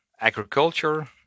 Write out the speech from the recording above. agriculture